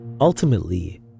Ultimately